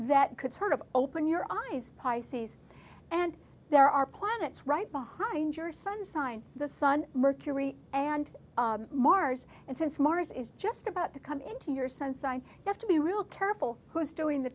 that could sort of open your eyes pisces and there are planets right behind your sun sign the sun mercury and mars and since mars is just about to come into your sense i have to be real careful who is doing the